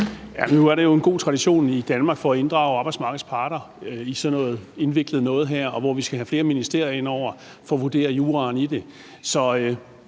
der jo en god tradition i Danmark for at inddrage arbejdsmarkedets parter i sådan noget indviklet noget her, hvor vi skal have flere ministerier indover for at vurdere juraen i det,